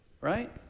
right